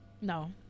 No